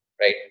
Right